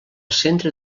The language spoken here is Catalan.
centre